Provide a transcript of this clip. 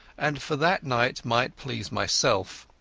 and for that night might please myself.